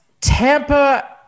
Tampa